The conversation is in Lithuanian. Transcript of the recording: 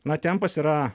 na tempas yra